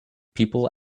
people